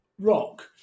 rock